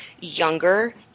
younger